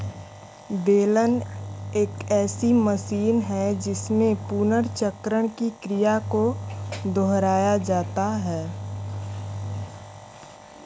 बेलन एक ऐसी मशीनरी है जिसमें पुनर्चक्रण की क्रिया को दोहराया जाता है